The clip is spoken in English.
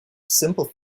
simple